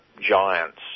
giants